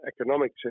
economic